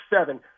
seven